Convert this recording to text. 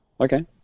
Okay